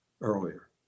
earlier